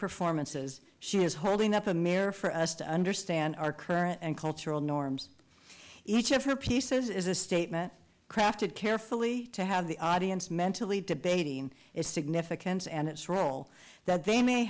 performances she is holding up a mirror for us to understand our current and cultural norms each of her pieces is a statement crafted carefully to have the audience mentally debating its significance and its role that they may